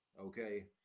okay